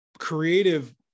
creative